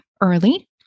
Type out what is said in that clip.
early